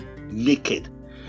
naked